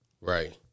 Right